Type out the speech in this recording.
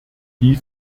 wie